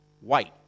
White